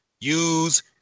use